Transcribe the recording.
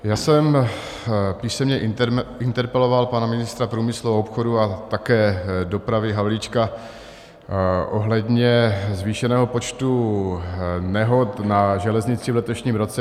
Já jsem písemně interpeloval pana ministra průmyslu a obchodu a také dopravy Havlíčka ohledně zvýšeného počtu nehod na železnici v letošním roce.